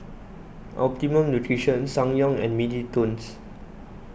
Optimum Nutrition Ssangyong and Mini Toons